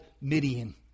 Midian